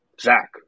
Zach